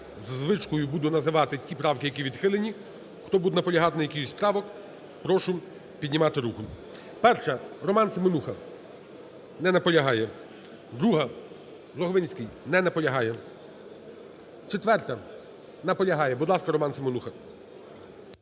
за звичкою буду називати ті правки, які відхилені, хто буде наполягати на якійсь із правок, прошу піднімати руку. 1-а, Роман Семенуха. Не наполягає. 2-а, Логвинський. Не наполягає. 4-а. Наполягає. Будь ласка, Роман Семенуха.